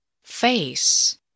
Face